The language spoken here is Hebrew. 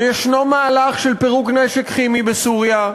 ויש מהלך של פירוק נשק כימי בסוריה.